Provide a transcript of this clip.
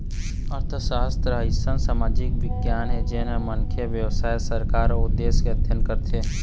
अर्थसास्त्र ह अइसन समाजिक बिग्यान हे जेन ह मनखे, बेवसाय, सरकार अउ देश के अध्ययन करथे